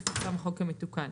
יפורסם החוק המתוקן.